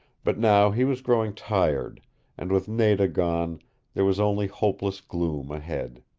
but now he was growing tired and with nada gone there was only hopeless gloom ahead.